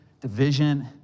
division